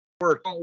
Work